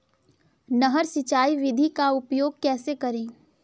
नहर सिंचाई विधि का उपयोग कैसे करें?